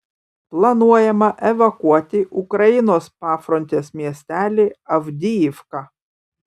planuojama evakuoti ukrainos pafrontės miestelį avdijivką